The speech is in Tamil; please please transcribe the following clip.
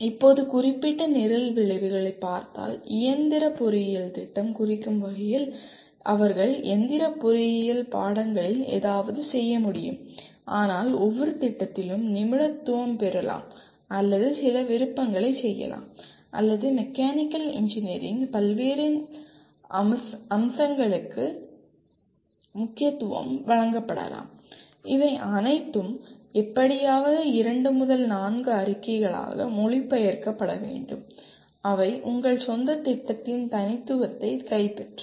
இப்போது குறிப்பிட்ட நிரல் விளைவுகளை பார்த்தால் இயந்திர பொறியியல் திட்டம் குறிக்கும் வகையில் அவர்கள் எந்திரப் பொறியியல் பாடங்களில் ஏதாவது செய்ய முடியும் ஆனால் ஒவ்வொரு திட்டத்திலும் நிபுணத்துவம் பெறலாம் அல்லது சில விருப்பங்களை செய்யலாம் அல்லது மெக்கானிக்கல் இன்ஜினியரிங்கில் பல்வேறு அம்சங்களுக்கு முக்கியத்துவம் வழங்கப்படலாம் இவை அனைத்தும் எப்படியாவது இரண்டு முதல் நான்கு அறிக்கைகளாக மொழிபெயர்க்கப்பட வேண்டும் அவை உங்கள் சொந்த திட்டத்தின் தனித்துவத்தைக் கைப்பற்றும்